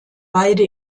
beide